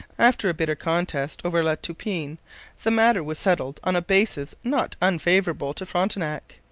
after a bitter contest over la toupine the matter was settled on a basis not unfavourable to frontenac.